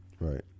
Right